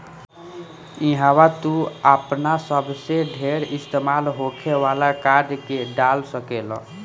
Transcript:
इहवा तू आपन सबसे ढेर इस्तेमाल होखे वाला कार्ड के डाल सकेल